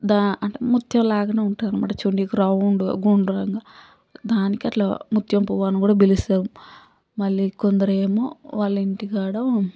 దా అంటే ముత్యము లాగానే ఉంటుంది అనమాట చూనికి రౌండ్గా గుండ్రంగా దానికి అట్లా ముత్యం పువ్వు అని కూడ పిలుస్తారు మళ్ళీ కొందరేమో వాళ్లింటికాడ